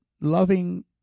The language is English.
loving